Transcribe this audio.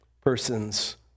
person's